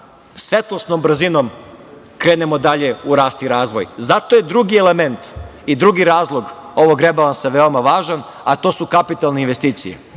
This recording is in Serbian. svetlosnom brzinom krenemo dalje u rast i razvoj. Zato je drugi element i drugi razlog ovog rebalansa veoma važan, a to su kapitalne investicije. Uvaženi